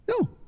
No